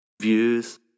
Views